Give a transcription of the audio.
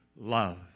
love